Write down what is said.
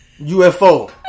UFO